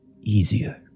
easier